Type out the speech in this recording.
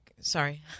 Sorry